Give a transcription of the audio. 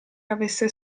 avesse